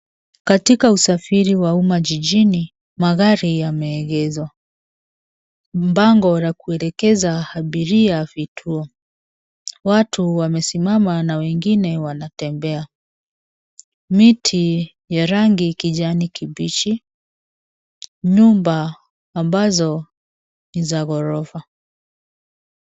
Katika usafiri wa umma jijini, magari yameegezwa. Bango la kuelekeza abiria vituo. Watu wamesimama na wengine wanatembea. Miti ya rangi kijani kibichi, nyumba ambazo ni za ghorofa.